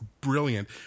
brilliant